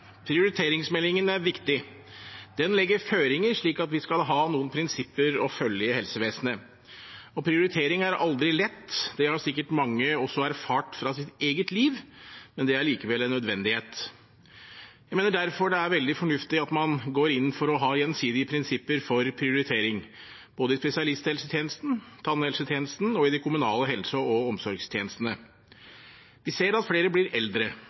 Prioriteringsmeldingen er viktig. Den legger føringer, slik at vi skal ha noen prinsipper å følge i helsevesenet. Prioritering er aldri lett – det har sikkert mange også erfart fra sitt eget liv – men det er likevel en nødvendighet. Jeg mener derfor det er veldig fornuftig at man går inn for å ha gjensidige prinsipper for prioritering i både spesialisthelsetjenesten, tannhelsetjenesten og de kommunale helse- og omsorgstjenestene. Vi ser at flere blir eldre,